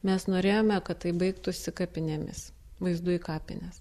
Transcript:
mes norėjome kad tai baigtųsi kapinėmis vaizdu į kapines